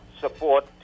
support